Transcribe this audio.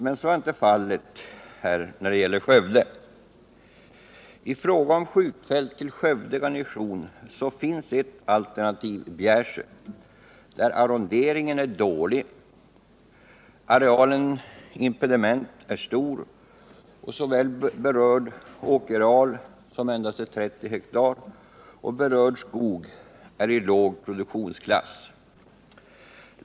Men så är inte fallet när det gäller Skövde. I fråga om skjutfält till Skövde garnison finns ett alternativ, Bjärsjö, där arronderingen är dålig, arealen impediment är stor och både berörd åkerareal, som endast omfattar 30 hektar, och berörd skog är i låg produktionsklass.